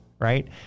right